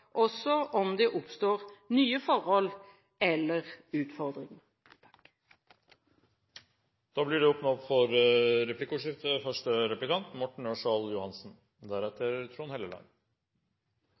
også om det oppstår nye forhold eller utfordringer. Det blir replikkordskifte.